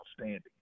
outstanding